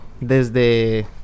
desde